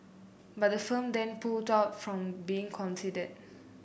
but the firm then pulled out from being considered